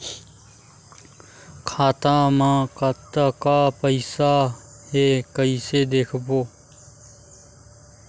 खाता मा कतका पईसा हे कइसे देखबो?